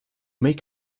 make